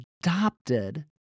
adopted